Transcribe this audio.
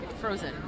frozen